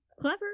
Clever